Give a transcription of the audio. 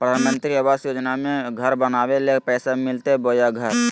प्रधानमंत्री आवास योजना में घर बनावे ले पैसा मिलते बोया घर?